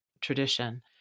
tradition